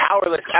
powerless